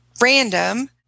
random